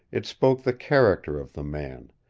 it spoke the character of the man,